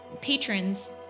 patrons